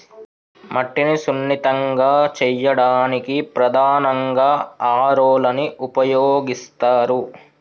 మట్టిని సున్నితంగా చేయడానికి ప్రధానంగా హారోలని ఉపయోగిస్తరు